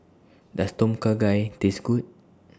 Does Tom Kha Gai Taste Good